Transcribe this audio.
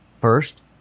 First